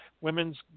Women's